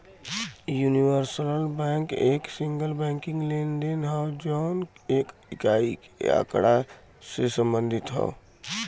universal bank एक single banking लेनदेन हौ जौन एक इकाई के आँकड़ा से संबंधित हौ